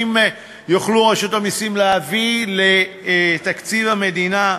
מסים תוכל רשות המסים להביא לתקציב המדינה,